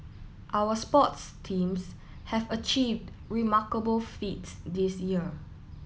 our sports teams have achieved remarkable feats this year